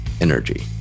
Energy